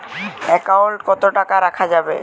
Account কত টাকা রাখা যাবে?